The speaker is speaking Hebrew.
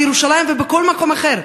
בירושלים ובכל מקום אחר.